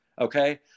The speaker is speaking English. okay